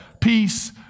Peace